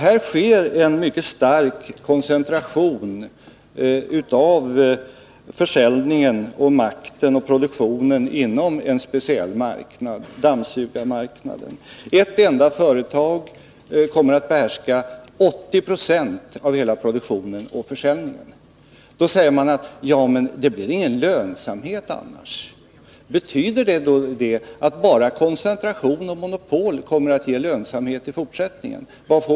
Det sker en mycket stark koncentration av försäljningen, makten och produktionen inom en speciell marknad, nämligen dammsugarmarknaden, där ett enda företag kommer att behärska 80 26 av hela produktionen och försäljningen. I det läget säger man att det utan denna koncentration inte blir någon lönsamhet. Betyder det att bara koncentration och monopol kommer att ge lönsamhet i fortsättningen?